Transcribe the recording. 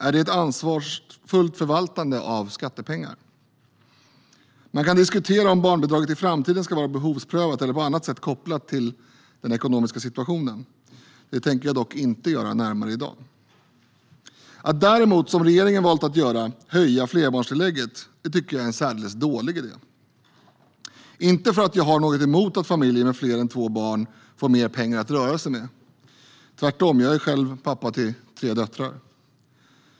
Är det ett ansvarsfullt förvaltande av skattepengar? Man kan diskutera om barnbidraget i framtiden ska vara behovsprövat, eller på annat sätt kopplat till den ekonomiska situationen. Det tänker dock inte jag göra närmare i dag. Att däremot, som regeringen valt att göra, höja flerbarnstillägget tycker jag är en särdeles dålig idé. Det är inte för att jag har något emot att familjer med fler än två barn får mer pengar att röra sig med, tvärtom. Jag är själv pappa till tre döttrar.